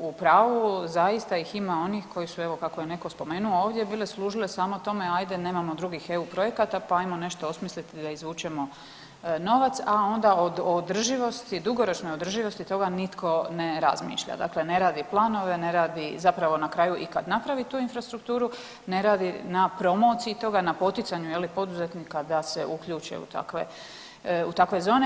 u pravu zaista ih ima onih koji su evo kako je neko spomenuo ovdje bile služile samo tome, ajde nemamo drugih eu projekata pa ajmo nešto osmisliti da izvučemo novac, a onda o održivosti o dugoročnoj održivosti toga nitko ne razmišlja, dakle ne radi planove, ne radi zapravo na kraju i kad napravi tu infrastrukturu ne radi na promociji toga, na poticanju poduzetnika da se uključe u takve zone.